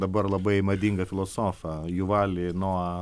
dabar labai madingą filosofą juvali nuo